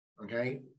Okay